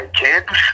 kids